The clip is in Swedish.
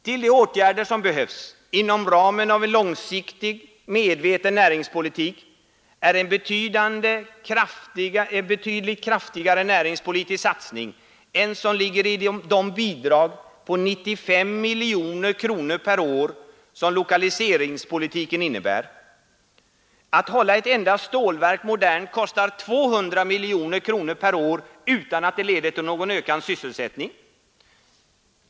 Till de åtgärder som behövs, inom ramen för en långsiktigt medveten näringspolitik, hör en betydligt kraftigare näringspolitisk satsning än som möjliggörs genom de bidrag på 95 miljoner kronor per år som lokaliseringspolitiken innebär. Att hålla ett enda stålverk modernt utrustat kostar 200 miljoner kronor per år utan att det leder till någon ökad sysselsättning.